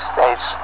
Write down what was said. States